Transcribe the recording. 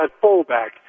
fullback